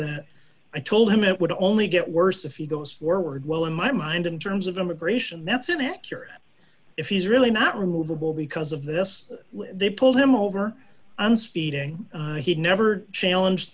that i told him it would only get worse if he goes forward well in my mind in terms of immigration that's an accurate if he's really not removable because of this they pulled him over and speeding he never challenged